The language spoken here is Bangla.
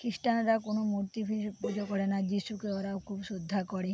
খ্রিস্টানরা কোনো মূর্তি পুজো পুজো করে না যিশুকে ওরাও খুব শ্রদ্ধা করে